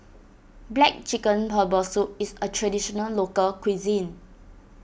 Black Chicken Herbal Soup is a Traditional Local Cuisine